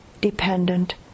dependent